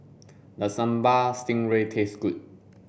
does Sambal Stingray taste good